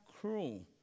cruel